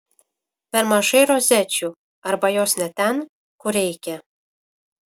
per mažai rozečių arba jos ne ten kur reikia